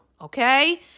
okay